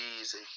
easy